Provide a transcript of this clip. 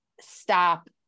stop